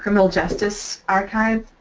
um ah justice archive